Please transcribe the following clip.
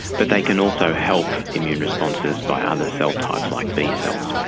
but they can also help immune responses by other cell-types, like b-cells.